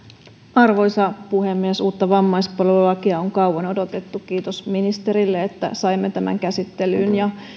arvoisa puhemies uutta vammaispalvelulakia on kauan odotettu kiitos ministerille että saimme tämän käsittelyyn ja